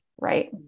Right